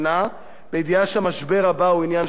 בידיעה שהמשבר הבא הוא עניין של זמן: